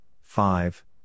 five